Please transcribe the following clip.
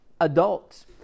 Adults